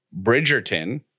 Bridgerton